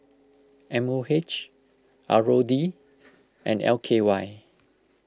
M O H R O D and L K Y